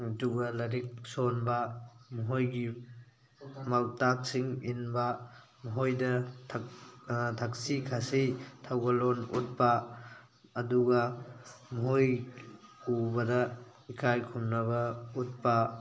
ꯑꯗꯨꯒ ꯂꯥꯏꯔꯤꯛ ꯁꯣꯟꯕ ꯃꯈꯣꯏꯒꯤ ꯄꯥꯎꯇꯥꯛꯁꯤꯡ ꯏꯟꯕ ꯃꯈꯣꯏꯗ ꯊꯛꯁꯤ ꯈꯥꯁꯤ ꯊꯧꯒꯜꯂꯣꯟ ꯎꯠꯄ ꯑꯗꯨꯒ ꯃꯈꯣꯏ ꯎꯕꯗ ꯏꯀꯥꯏ ꯈꯨꯝꯅꯕ ꯎꯠꯄ